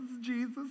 Jesus